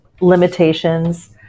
limitations